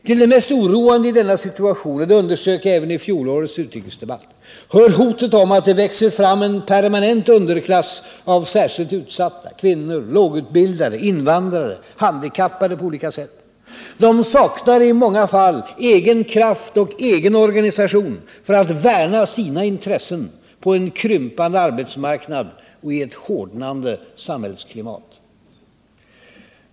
Till det mest oroande i denna situation — det underströk jag även i fjolårets utrikesdebatt — hör hotet om att det växer fram en permanent underklass av särskilt utsatta: kvinnor, lågutbildade, invandrare, på olika sätt handikappade. De saknar i många fall egen kraft och egen organisation för att värna sina intressen på en krympande arbetsmarknad och i ett hårdnande samhällsklimat.